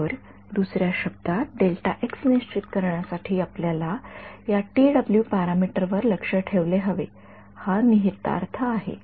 तर दुसर्या शब्दात निश्चित करण्यासाठी आपल्याला या पॅरामीटर वर लक्ष ठेवले हवे हा निहितार्थ आहे